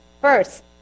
first